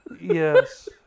yes